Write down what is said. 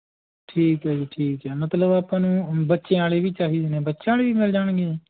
ਠੀਕ ਹੈ ਜੀ ਠੀਕ ਹੈ ਮਤਲਬ ਆਪਾਂ ਨੂੰ ਬੱਚਿਆਂ ਵਾਲੇ ਵੀ ਚਾਹੀਦੇ ਨੇ ਬੱਚਿਆਂ ਵਾਲੇ ਵੀ ਮਿਲ ਜਾਣਗੇ ਜੀ